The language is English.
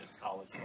college